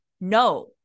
No